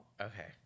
Okay